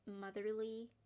motherly